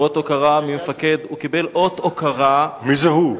הוא קיבל אות הוקרה, מי זה "הוא"?